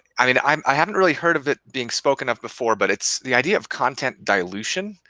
i mean um i haven't really heard of it being spoken of before. but it's the idea of content dilution.